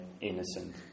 innocent